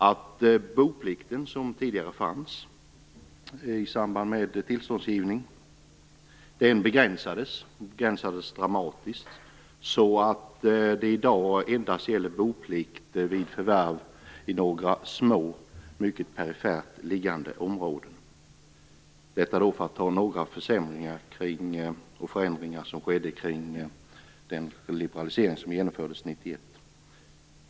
Den boplikt som tidigare fanns i samband med tillståndsgivning begränsades dramatiskt så att det i dag endast gäller boplikt vid förvärv i några små mycket perifert liggande områden. Detta är några försämringar och förändringar som skedde vid den liberalisering som skedde år 1991.